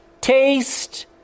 taste